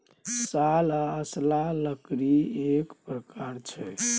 साल आ असला लकड़ीएक प्रकार छै